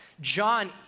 John